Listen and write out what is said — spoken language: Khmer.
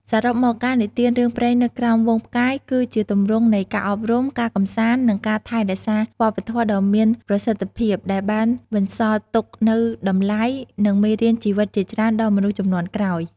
សរុបមក ការនិទានរឿងព្រេងនៅក្រោមហ្វូងផ្កាយ គឺជាទម្រង់នៃការអប់រំ ការកម្សាន្ត និងការថែរក្សាវប្បធម៌ដ៏មានប្រសិទ្ធភាព ដែលបានបន្សល់ទុកនូវតម្លៃ និងមេរៀនជីវិតជាច្រើនដល់មនុស្សជំនាន់ក្រោយ ។